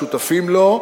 שותפים לו,